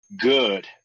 Good